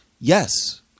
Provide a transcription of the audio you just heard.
Yes